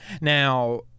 Now